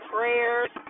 Prayers